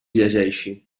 llegeixi